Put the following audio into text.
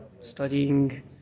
studying